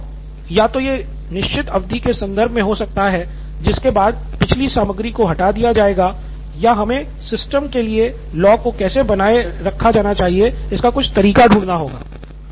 तो लॉग या तो एक निश्चित अवधि के संदर्भ में हो सकता है जिसके बाद पिछली सामग्री को हटा दिया जाएगा या हमें सिस्टम के लिए लॉग को कैसे बनाए रखा जाना चाहिए इसका कुछ तरीका ढूंढना चाहिए